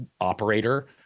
operator